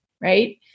right